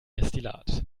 destillat